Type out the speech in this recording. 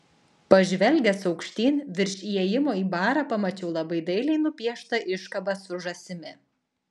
pažvelgęs aukštyn virš įėjimo į barą pamačiau labai dailiai nupieštą iškabą su žąsimi